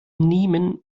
nehmen